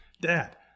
dad